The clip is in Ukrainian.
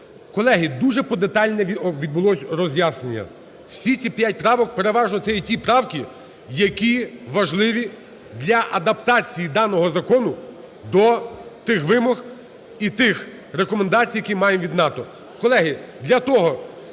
Колеги, дуже подетальне відбулось роз'яснення. Всі ці 5 правок переважно це є ті правки, які важливі для адаптації даного закону до тих вимог і тих рекомендацій, які маємо від НАТО.